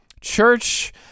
Church